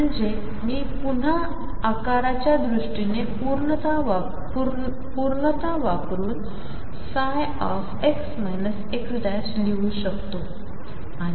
म्हणजे मी पुन्हा आकाराच्या दृष्टीने पूर्णता वापरून δx x लिहू शकतो